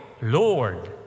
Lord